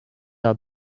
are